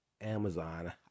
Amazon